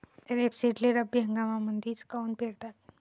रेपसीडले रब्बी हंगामामंदीच काऊन पेरतात?